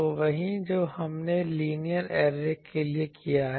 तो वही जो हमने लीनियर ऐरे के लिए किया है